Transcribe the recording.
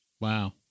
Wow